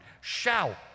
Shout